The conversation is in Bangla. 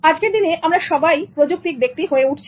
আজকের দিনে আমরা সবাই প্রযুক্তিক ব্যক্তি হয়ে উঠছি